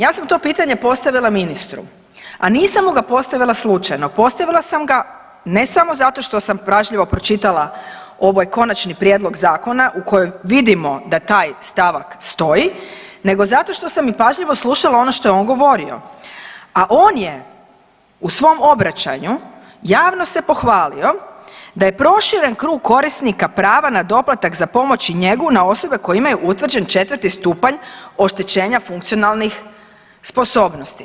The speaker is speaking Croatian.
Ja sam to pitanje postavila ministru, a nisam mu ga postavila slučajno, postavila sam ga ne samo zato što sam pažljivo pročitala ovaj konačni prijedlog zakona u kojem vidimo da taj stavak stoji nego zato što sam i pažljivo slušala ono što je on govorio, a on je u svom obraćanju javno se pohvalio da je proširen krug korisnika prava na doplatak za pomoć i njegu na osobe koje imaju utvrđen 4. stupanj oštećenja funkcionalnih sposobnosti.